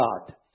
God